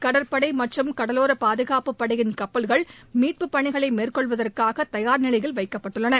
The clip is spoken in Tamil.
கடற்படை மற்றும் கடலோர பாதுகாப்பு படையின் கப்பலகள் மீட்பு பணிகளை மேற்கொள்வதற்காக தயார் நிலையில் வைக்கப்பட்டுள்ளன